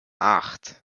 acht